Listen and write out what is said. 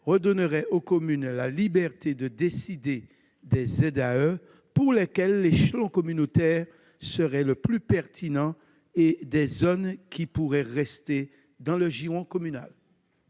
redonnerait aux communes la liberté de décider des ZAE pour lesquelles l'échelon communautaire serait le plus pertinent et de celles qui pourraient rester dans le giron communal.